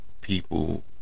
people